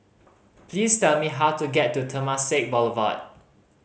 please tell me how to get to Temasek Boulevard